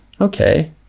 Okay